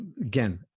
again